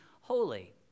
holy